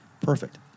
perfect